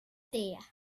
det